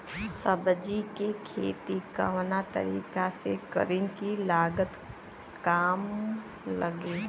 सब्जी के खेती कवना तरीका से करी की लागत काम लगे?